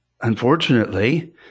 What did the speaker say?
unfortunately